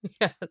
Yes